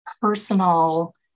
personal